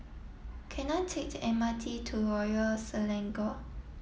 can I take the M R T to Royal Selangor